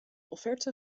offerte